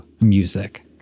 music